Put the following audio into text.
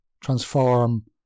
transform